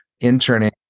interning